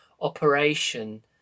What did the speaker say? operation